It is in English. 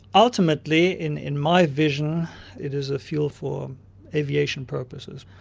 ultimately in in my vision it is a fuel for aviation purposes.